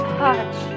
touch